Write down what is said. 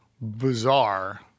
bizarre